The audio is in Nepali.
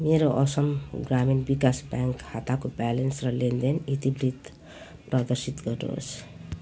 मेरो असम ग्रामीण विकास ब्याङ्क खाताको ब्यालेन्स र लेनदेन इतिवृत्त प्रदर्शित गर्नुहोस्